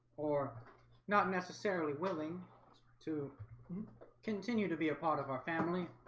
or not necessarily willing to continue to be a part of our family